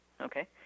Okay